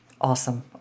Awesome